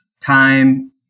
time